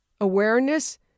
awareness